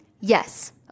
Yes